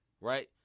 Right